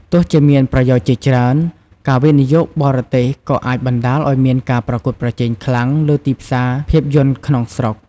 ទោះជាមានអត្ថប្រយោជន៍ជាច្រើន ការវិនិយោគបរទេសក៏អាចបណ្តាលឱ្យមានការប្រកួតប្រជែងខ្លាំងលើទីផ្សារភាពយន្តក្នុងស្រុក។